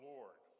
Lord